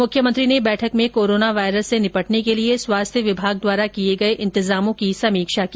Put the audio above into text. मुख्यमंत्री ने बैठक में कोरोना वायरस से निपटने के लिए स्वास्थ्य विभाग द्वारा किये गये इतजामों की समीक्षा की